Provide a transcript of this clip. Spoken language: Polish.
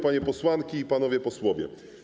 Panie Posłanki i Panowie Posłowie!